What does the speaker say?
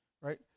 right